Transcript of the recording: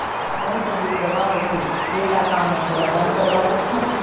मोर credit गंवा होथे गे ता का मैं ओला बंद करवा सकथों?